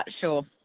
Sure